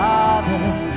Father's